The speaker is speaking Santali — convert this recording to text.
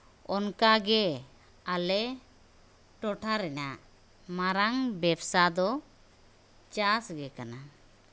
ᱚᱱᱠᱟᱜᱮ ᱟᱞᱮ ᱴᱚᱴᱷᱟ ᱨᱮᱱᱟᱜ ᱢᱟᱨᱟᱝ ᱵᱮᱵᱽᱥᱟ ᱫᱚ ᱪᱟᱥ ᱜᱮ ᱠᱟᱱᱟ